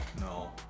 no